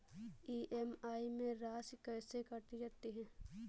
EMI में राशि कैसे काटी जाती है?